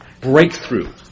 breakthrough